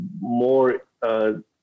more